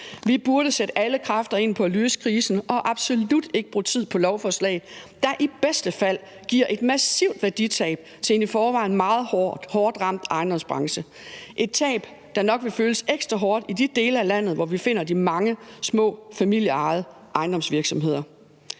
Vi burde sætte alle kræfter ind på at løse krisen og absolut ikke bruge tid på lovforslaget, der i bedste fald vil give et massivt værditab til en i forvejen hårdt ramt ejendomsbranche – et tab, der nok vil føles ekstra hårdt i de dele af landet, hvor vi finder de mange små, familieejede ejendomsvirksomheder.